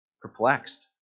Perplexed